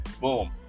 boom